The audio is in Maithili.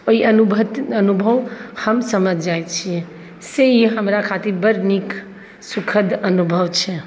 ओ अनुभव हम समझि जाइ छिए से ई हमरा खातिर बड़ नीक सुखद अनुभव छै